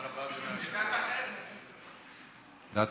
תודה רבה, אדוני היושב-ראש.